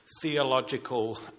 theological